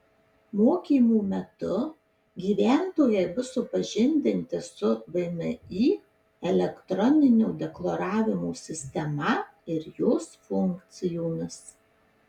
mokymų metu gyventojai bus supažindinti su vmi elektroninio deklaravimo sistema ir jos funkcijomis